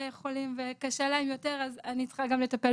חולים וקשה להם יותר אז אני צריכה גם לטפל